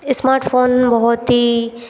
smartphone बहुत ही